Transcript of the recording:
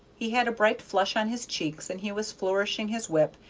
he had a bright flush on his cheeks, and he was flourishing his whip,